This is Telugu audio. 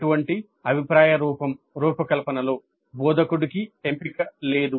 అటువంటి అభిప్రాయ రూపం రూపకల్పనలో బోధకుడికి ఎంపిక లేదు